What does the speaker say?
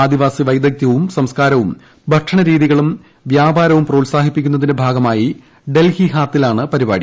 ആദിവാസി വൈദഗ്ദ്ധ്യവും സംസ്കാരവും ഭക്ഷണരീതികളും വ്യാപാരവും പ്രോത്സാഹിപ്പിക്കുന്നതിന്റെ ഭാഗമായി ഡൽഹി ഹാത്തിലാണ് പരിപാടി